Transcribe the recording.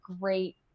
great